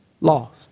Lost